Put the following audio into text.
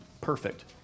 perfect